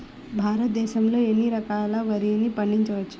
భారతదేశంలో ఎన్ని రకాల వరిని పండించవచ్చు